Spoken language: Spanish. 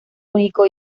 único